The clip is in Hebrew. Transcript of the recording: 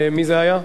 מי זה היה?